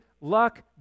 luck